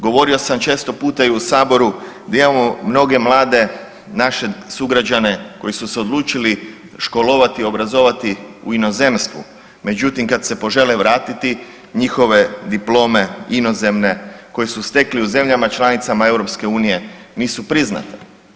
Govorio sam često puta i u Saboru da imamo mnoge mlade naše sugrađane koji su se odlučili školovati, obrazovati u inozemstvu, međutim kad se požele vratiti njihove diplome inozemne koje su stekli u zemljama članicama EU nisu priznate.